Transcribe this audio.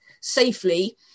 safely